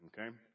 okay